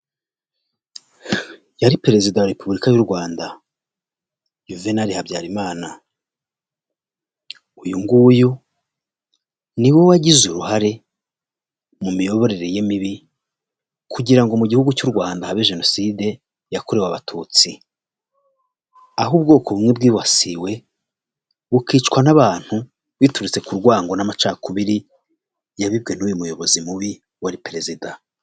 Yari perezida wa repubulika y'u Rwanda Juvenali Habyarimana, uyu nguyu niwe wagize uruhare mu miyoborere ye mibi kugira ngo mu gihugu cy'u Rwanda habe jenoside yakorewe abatutsi aho ubwoko bumwe bwibasiwe bukicwa n'abantu biturutse ku rwango n'amacakubiri yabibwe n'uyu muyobozi mubi wari perezida.